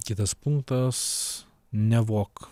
kitas punktas nevok